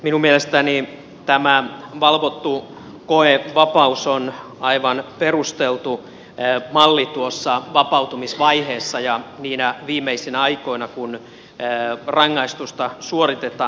minun mielestäni tämä valvottu koevapaus on aivan perusteltu malli tuossa vapautumisvaiheessa ja niinä viimeisinä aikoina kun rangaistusta suoritetaan